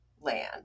land